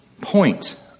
point